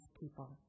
people